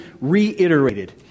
reiterated